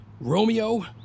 Romeo